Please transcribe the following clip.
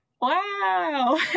wow